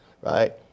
right